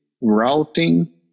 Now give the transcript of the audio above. routing